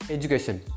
Education